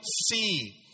see